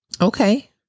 Okay